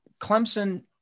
Clemson